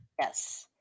yes